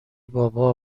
بابا